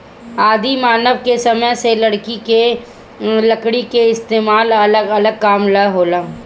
आदि मानव के समय से लकड़ी के इस्तेमाल अलग अलग काम ला होला